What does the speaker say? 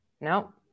No